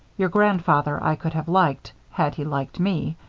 your grandfather i could have liked, had he liked me.